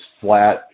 flat